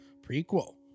prequel